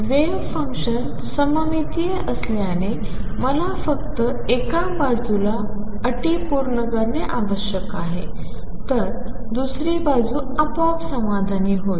wave function सममितीय असल्याने मला फक्त एका बाजूला अटी पूर्ण करणे आवश्यक आहे तर दुसरी बाजू आपोआप समाधानी होईल